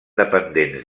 dependents